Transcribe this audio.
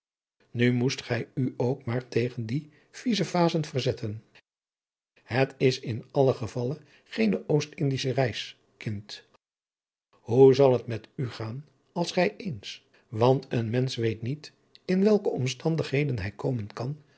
nu moest gij u ook maar tegen die viezevazen verzetten het is in allen gevalle geene oostindische reis kind hoe zal het met u gaan als gij eens want een mensch weet niet in welke omstandigheden hij komen kan